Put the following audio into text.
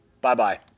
Bye-bye